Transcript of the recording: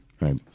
Right